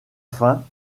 fin